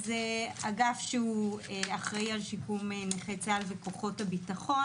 זה אגף שאחראי על שיקום נכי צה"ל וכוחות הביטחון.